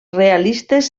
realistes